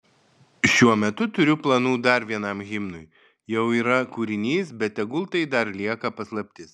šiuo metu turiu planų dar vienam himnui jau yra kūrinys bet tegul tai dar lieka paslaptis